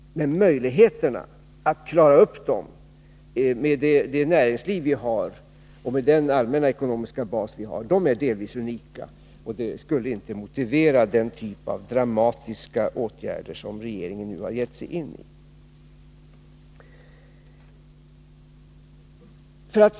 Men möjlighe 59 terna att klara dem med vårt näringsliv och vår allmänna ekonomiska bas är delvis unika, varför det inte motiverar den typ av dramatiska åtgärder som regeringen nu har gett sig in på.